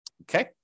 okay